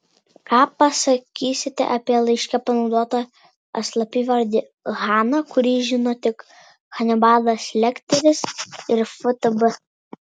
ką pasakysite apie laiške panaudotą slapyvardį hana kurį žino tik hanibalas lekteris ir ftb